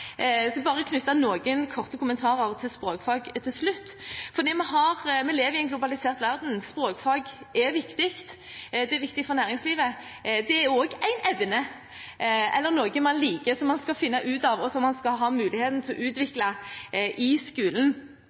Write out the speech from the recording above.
Så vil jeg bare knytte noen korte kommentarer til språkfag til slutt: Vi lever i en globalisert verden. Språkfag er viktig, det er viktig for næringslivet, og det er også en evne, eller noe man liker, som man skal finne ut av, og som man skal ha muligheten til å utvikle i skolen.